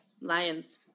lions